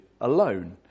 alone